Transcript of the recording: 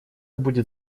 будет